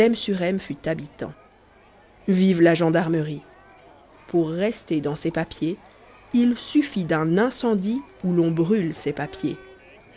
fut habitant vive la gendarmerie pour rester dans ses papiers il suffit d'un incendie où l'on brûle ses papiers